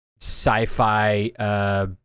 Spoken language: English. sci-fi